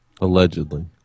allegedly